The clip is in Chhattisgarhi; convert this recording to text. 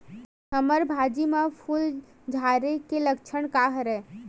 हमर भाजी म फूल झारे के लक्षण का हरय?